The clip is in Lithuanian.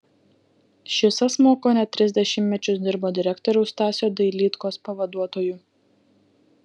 šis asmuo kone tris dešimtmečius dirbo direktoriaus stasio dailydkos pavaduotoju